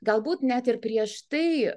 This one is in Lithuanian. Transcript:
galbūt net ir prieš tai